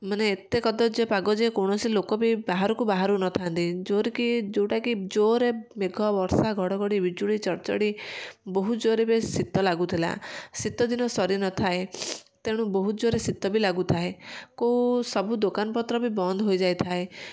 ମାନେ ଏତେ କଦର୍ଯ୍ୟ ପାଗ ଯେ କୌଣସି ଲୋକ ବି ବାହାରକୁ ବାହାରୁ ନଥାନ୍ତି ଯେଉଁଗୁଡ଼ା ଯେଉଁଟା କି ମେଘ ବର୍ଷା ବିଜୁଳି ଘଡ଼ଘଡ଼ି ଚଡ଼୍ଚଡ଼ି ବହୁତ ଜୋରରେ ବି ଶୀତ ଲାଗୁଥିଲା ଶୀତଦିନ ସରିନଥାଏ ତେଣୁ ବହୁତ ଜୋରେ ଶୀତ ବି ଲାଗୁଥାଏ କେଉଁ ସବୁ ଦୋକାନପତ୍ର ବି ବନ୍ଦ ହୋଇଯାଇଥାଏ